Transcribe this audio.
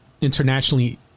internationally